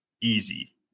easy